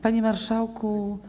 Panie Marszałku!